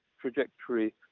trajectory